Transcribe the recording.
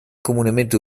comunemente